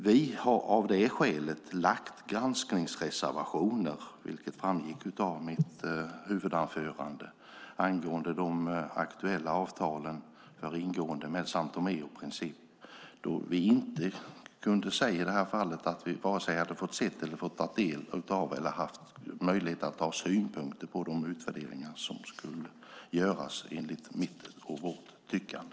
Vi har av det skälet lagt granskningsreservationer, vilket framgick av mitt interpellationssvar, angående de aktuella avtalen för ingående med São Tomé och Príncipe, då vi i det här fallet inte hade fått vare sig se eller ta del av eller fått möjlighet att ha synpunkter på de utvärderingar som skulle göras enligt mitt och vårt tyckande.